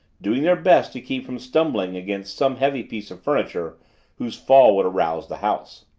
doing their best to keep from stumbling against some heavy piece of furniture whose fall would arouse the house.